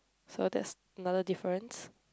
so that's another difference